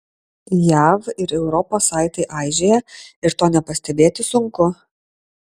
jav ir europos saitai aižėja ir to nepastebėti sunku